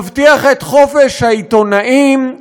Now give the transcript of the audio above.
תבטיח את חופש העיתונאים,